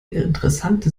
interessante